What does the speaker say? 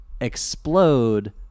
explode